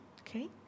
okay